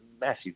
massive